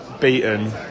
beaten